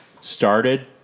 started